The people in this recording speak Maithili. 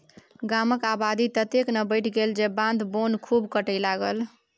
गामक आबादी ततेक ने बढ़ि गेल जे बाध बोन खूब कटय लागल